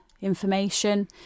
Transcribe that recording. information